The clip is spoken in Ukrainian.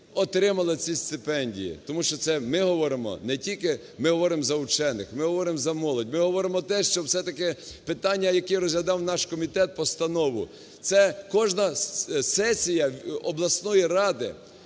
отримала ці стипендії. Тому що це ми говоримо не тільки, ми говоримо за вчених, ми говоримо за молодь, ми говоримо те, що все-таки питання, які розглядав наш комітет, постанову, це кожна сесія обласної ради